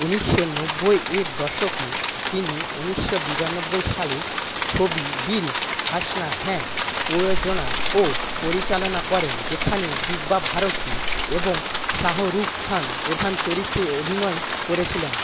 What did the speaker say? ঊনিশশো নব্বইয়ের দশকে তিনি ঊনিশশো বিরানব্বই সালে ছবি দিল আশনা হ্যায় প্রযোজনা ও পরিচালনা করেন যেখানে দিব্যা ভারতী এবং শাহরুখ খান প্রধান চরিত্রে অভিনয় করেছিলেন